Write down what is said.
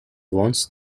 once